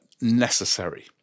necessary